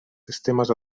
sistemes